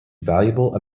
valuable